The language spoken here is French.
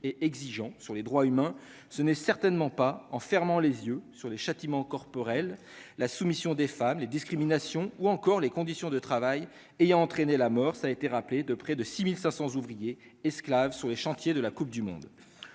et exigeant sur les droits humains, ce n'est certainement pas en fermant les yeux sur les châtiments corporels, la soumission des femmes, les discriminations ou encore les conditions de travail ayant entraîné la mort, ça été rappelé de près de 6500 ouvriers esclaves sur les chantiers de la Coupe du monde